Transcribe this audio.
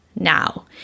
now